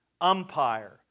umpire